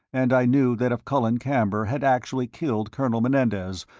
and i knew that if colin camber had actually killed colonel menendez,